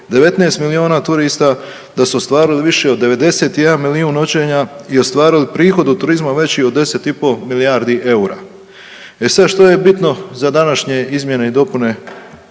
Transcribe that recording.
19 milijuna turista, da su ostvarili više od 91 milijun noćenja i ostvarili prihod od turizma veći od 10 i pol milijardi eura. E sada što je bitno za današnje izmjene i dopune